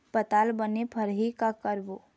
पताल बने फरही का करबो?